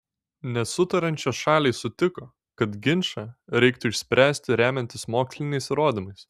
nesutariančios šalys sutiko kad ginčą reiktų išspręsti remiantis moksliniais įrodymais